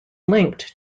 linked